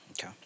Okay